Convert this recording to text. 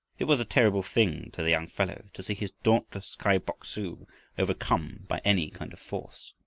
it was a terrible thing to the young fellow to see his dauntless kai bok-su overcome by any kind of force.